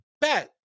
bet